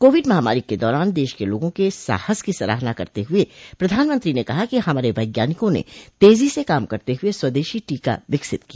Covid महामारी के दौरान देश के लोगों के साहस की सराहना करते हुए प्रधानमंत्री ने कहा कि हमारे वैज्ञानिकों ने तेजो से काम करते हुए स्वदेशी टीका विकसित किया